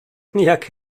jak